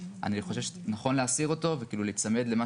אני חושב שנכון להסיר אותו וכאילו ולהיצמד למה